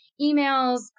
emails